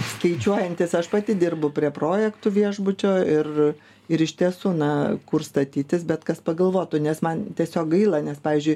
skaičiuojantys aš pati dirbu prie projektų viešbučio ir ir iš tiesų na kur statytis bet kas pagalvotų nes man tiesiog gaila nes pavyzdžiui